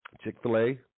Chick-fil-A